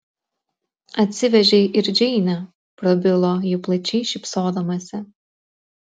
atsivežei ir džeinę prabilo ji plačiai šypsodamasi